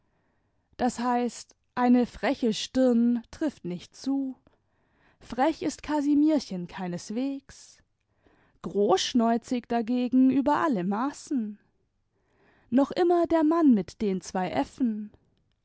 das heißt eine freche stirn trifft nicht zu frech ist casimirchen keineswegs großschnäuzig dagegen über alle maßen noch immer der mann mit den zwei